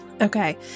Okay